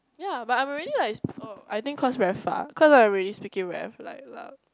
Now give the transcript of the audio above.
ya but I'm already like oh I think cause very far cause I'm already speaking very like loud